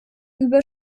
über